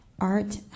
art